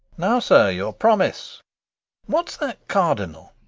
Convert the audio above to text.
now, sir, your promise what s that cardinal?